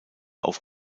auf